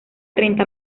treinta